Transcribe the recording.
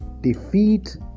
defeat